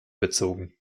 bezogen